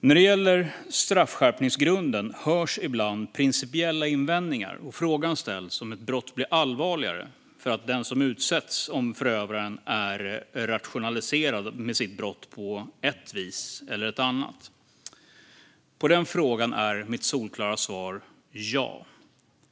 När det gäller straffskärpningsgrunden hörs ibland principiella invändningar. Frågan ställs om ett brott blir allvarligare för den som utsätts om förövaren rationaliserat sitt brott på ett vis eller ett annat. På den frågan är mitt solklara svar ja.